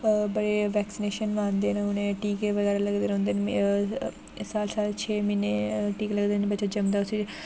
बड़े वैक्सीनेशन लोआंदे न टीके बगैरा लगदे रौहंदे साल साल छेऽ म्हीने टीके लगदे न बच्चा ज'म्मदा ऐ उसी